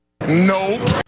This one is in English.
Nope